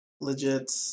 Legit